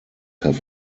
have